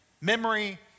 memory